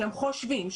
שהם חושבים,